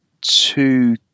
two